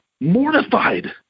mortified